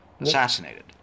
assassinated